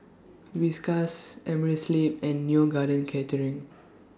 Whiskas Amerisleep and Neo Garden Catering